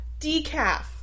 decaf